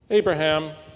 Abraham